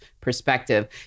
perspective